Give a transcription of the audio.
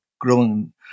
growing